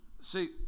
See